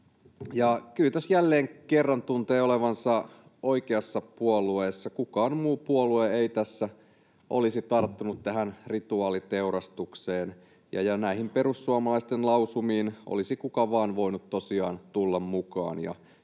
kyllä tässä jälleen kerran tuntee olevansa oikeassa puolueessa. Kukaan muu puolue ei tässä olisi tarttunut tähän rituaaliteurastukseen. Näihin perussuomalaisten lausumiin olisi kuka vain voinut tosiaan tulla mukaan.